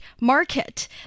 market